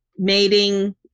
mating